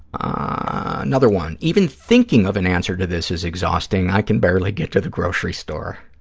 another one, even thinking of an answer to this is exhausting. i can barely get to the grocery store.